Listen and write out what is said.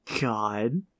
God